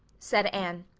said anne,